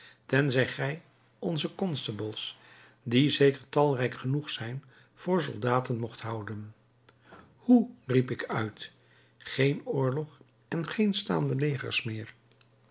tenzij gij onze constabels die zeker talrijk genoeg zijn voor soldaten mocht houden hoe riep ik uit geen oorlog en geen staande legers meer